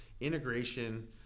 integration